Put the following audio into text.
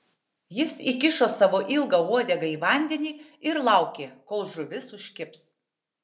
jis įkišo savo ilgą uodegą į vandenį ir laukė kol žuvis užkibs